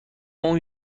اون